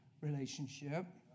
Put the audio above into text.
relationship